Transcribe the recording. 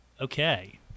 Okay